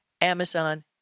Amazon